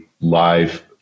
live